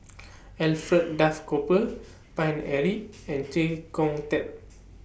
Alfred Duff Cooper Paine Eric and Chee Kong Tet